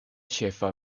ĉefa